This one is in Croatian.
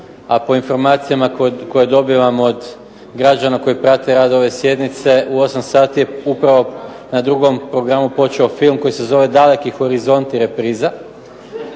a po informacijama koje dobivam od građana koji prate rad ove sjednice u 8 sati je upravo na 2. programu počeo film koji se zove Daleki horizonti repriza.